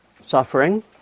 suffering